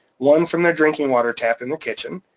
one from their drinking water tap in the kitchen,